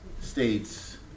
states